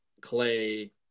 Clay